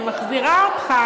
אני מחזירה אותך,